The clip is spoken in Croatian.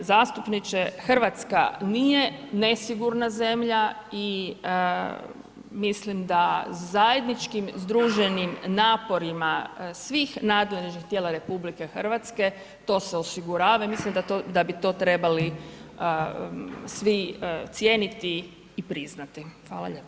Poštovani g. zastupniče, Hrvatska nije nesigurna zemlja i mislim da zajedničkim združenim naporima svih nadležnih tijela RH to se osigurava i mislim da bi to trebali svi cijeniti i priznati, hvala